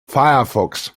firefox